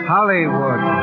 Hollywood